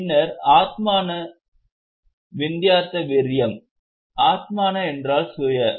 பின்னர் ஆத்மான விந்தியேட் விரியம் ஆத்மான என்றால் சுய